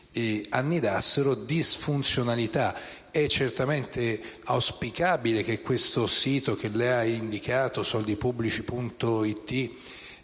annidassero disfunzionalità. È certamente auspicabile che il sito che lei ha indicato - soldipubblici.gov.it